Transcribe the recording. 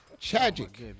Tragic